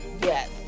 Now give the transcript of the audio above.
Yes